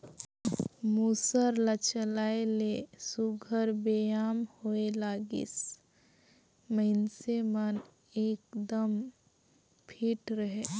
मूसर ल चलाए ले सुग्घर बेयाम होए लागिस, मइनसे मन एकदम फिट रहें